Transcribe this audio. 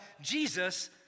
Jesus